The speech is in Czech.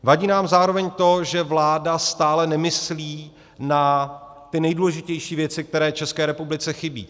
Vadí nám zároveň to, že vláda stále nemyslí na ty nejdůležitější věci, které České republice chybí.